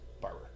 Barber